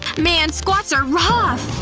man, squats are rough!